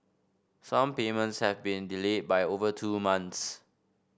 some payments have been delayed by over two months